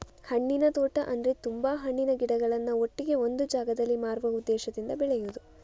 ಹಣ್ಣಿನ ತೋಟ ಅಂದ್ರೆ ತುಂಬಾ ಹಣ್ಣಿನ ಗಿಡಗಳನ್ನ ಒಟ್ಟಿಗೆ ಒಂದು ಜಾಗದಲ್ಲಿ ಮಾರುವ ಉದ್ದೇಶದಿಂದ ಬೆಳೆಯುದು